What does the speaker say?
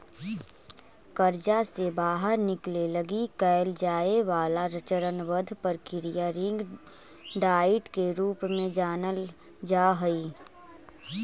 कर्जा से बाहर निकले लगी कैल जाए वाला चरणबद्ध प्रक्रिया रिंग डाइट के रूप में जानल जा हई